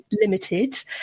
limited